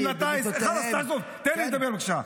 לטיס, תן לי לדבר, בבקשה.